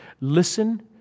Listen